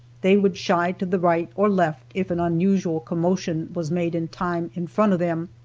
they would shy to the right or left if an unusual commotion was made in time in front of them.